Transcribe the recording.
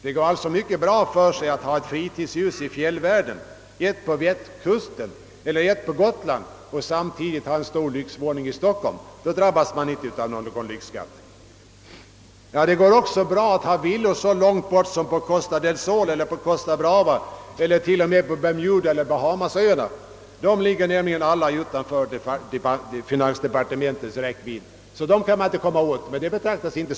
Det går mycket väl för sig att ha ett fritidshus i fjällvärlden, ett på Västkusten och ett på Gotland, samtidigt som man har en stor lyxvåning i Stockholm utan att behöva drabbas av någon lyxskatt. Det går också bra att ha villor så långt bort som på Costa del Sol eller Costa Brava eller t.o.m. på Bermudaseller Bahamaöarna. De ligger utanför finansdepartementets räckvidd och kan inte bli föremål för beskattning.